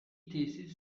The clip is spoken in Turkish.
tesis